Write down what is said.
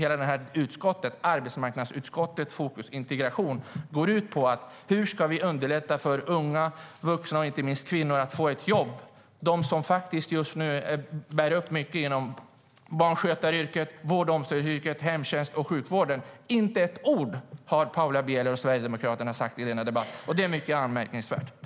Hela arbetsmarknadsutskottets fokus på integration går ut på: Hur ska vi underlätta för unga och vuxna, inte minst kvinnor, att få ett jobb? Det handlar om dem som just nu bär upp mycket inom barnskötaryrket, vård och omsorgsyrket, hemtjänsten och sjukvården. Inte ett ord har Paula Bieler och Sverigedemokraterna sagt i denna debatt. Det är mycket anmärkningsvärt.